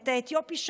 את האתיופי,